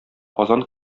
казан